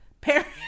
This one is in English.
parents